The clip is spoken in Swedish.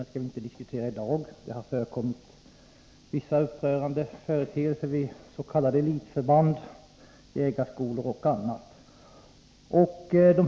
Det skall vi inte diskutera i dag, men det har förekommit vissa upprörande företeelser vid s.k. elitförband, jägarskolor o. d.